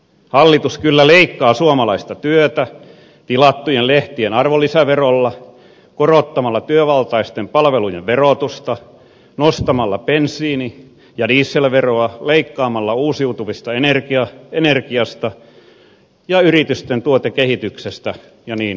hallitus kyllä leikkaa suomalaista työtä tilattujen lehtien arvonlisäverolla korottamalla työvaltaisten palvelujen verotusta nostamalla bensiini ja dieselveroa leikkaamalla uusiutuvasta energiasta ja yritysten tuotekehityksestä ja niin edelleen